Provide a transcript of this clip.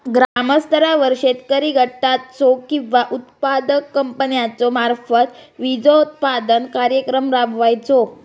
ग्रामस्तरावर शेतकरी गटाचो किंवा उत्पादक कंपन्याचो मार्फत बिजोत्पादन कार्यक्रम राबायचो?